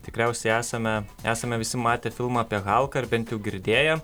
tikriausiai esame esame visi matę filmą apie halką ar bent jau girdėję